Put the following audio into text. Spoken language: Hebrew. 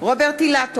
בהצבעה רוברט אילטוב,